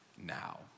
now